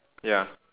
ya